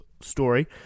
story